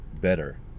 better